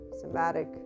somatic